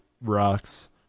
rocks